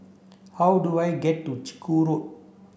how do I get to Chiku Road